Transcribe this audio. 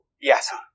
yes